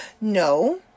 no